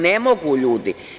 Ne mogu, ljudi.